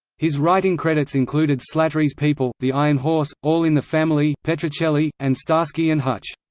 his writing credits included slattery's people, the iron horse, all in the family, petrocelli, and starsky and hutch.